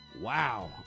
Wow